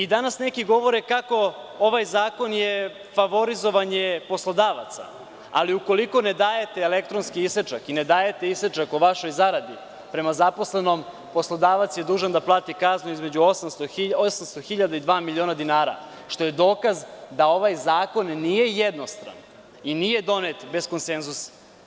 Danas neki govore kako je ovaj zakon favorizovanje poslodavaca, ali ukoliko ne dajete elektronski isečak i ne dajete isečak o vašoj zaradi prema zaposlenom, poslodavac je dužan da plati kaznu između 800.000 i dva miliona dinara, što je dokaz da ovaj zakon nije jednostran i nije donet bez konsenzusa.